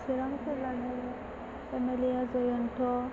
चिरां जिल्लानि M L A आ जयन्त